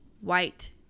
white